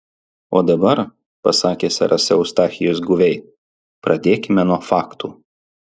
o dabar pasakė seras eustachijus guviai pradėkime nuo faktų